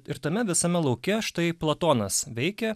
ir tame visame lauke štai platonas veikia